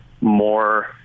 more